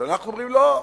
אז אנחנו אומרים: לא,